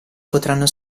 potranno